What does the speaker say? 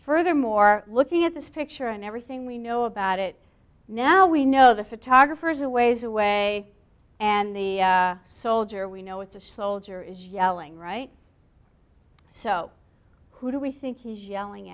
furthermore looking at this picture and everything we know about it now we know the photographer is a ways away and the soldier we know it's a soldier is yelling right so who do we think he's yelling